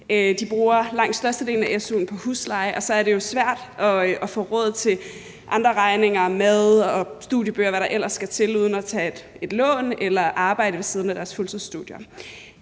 De bruger langt størstedelen af su'en på husleje, og så er det jo svært at få råd til andre regninger, mad, studiebøger, og hvad der ellers skal til, uden at tage et lån eller arbejde ved siden af deres fuldtidsstudier.